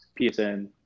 PSN